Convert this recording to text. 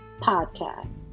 Podcast